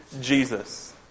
Jesus